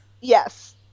Yes